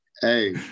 Hey